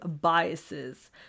biases